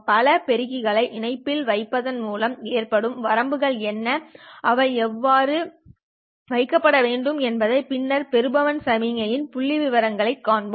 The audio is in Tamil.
பல பெருக்கிகளை இணைப்பில் வைப்பதன் மூலம் ஏற்படும் வரம்புகள் என்ன அவை எவ்வாறு வைக்கப்பட வேண்டும் என்பதையும் பின்னர் பெறுபவன் சமிக்ஞையின் புள்ளிவிவரங்களைப் பார்ப்போம்